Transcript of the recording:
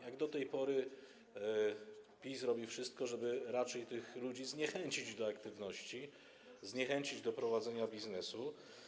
Jak do tej pory PiS robi wszystko, żeby raczej tych ludzi zniechęcić do aktywności, zniechęcić do prowadzenia biznesu.